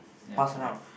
pass around